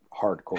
hardcore